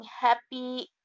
happy